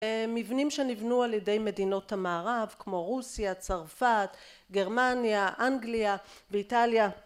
מבנים שנבנו על ידי מדינות המערב כמו רוסיה, צרפת, גרמניה, אנגליה ואיטליה